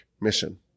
mission